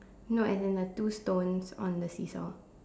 no as in the two stones on the seesaw